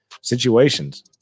situations